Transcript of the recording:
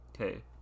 Okay